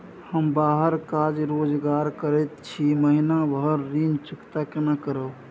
हम बाहर काज रोजगार करैत छी, महीना भर ऋण चुकता केना करब?